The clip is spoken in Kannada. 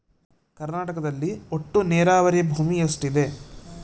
ಕರ್ನಾಟಕದಲ್ಲಿ ಒಟ್ಟು ನೇರಾವರಿ ಭೂಮಿ ಎಷ್ಟು ಇದೆ?